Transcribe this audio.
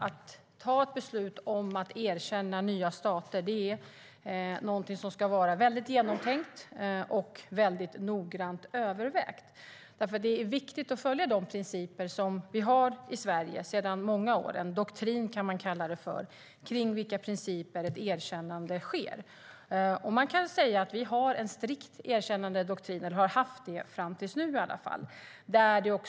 Att ta ett beslut om att erkänna nya stater är någonting som ska vara mycket genomtänkt och noga övervägt. Det är nämligen viktigt att följa de principer som vi har i Sverige sedan många år. Man kan kalla det för en doktrin kring vilka principer ett erkännande sker. Man kan säga att vi har haft, i alla fall fram tills nu, en strikt erkännandedoktrin.